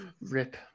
Rip